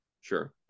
Sure